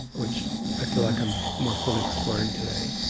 which i feel like i'm more fully exploring today.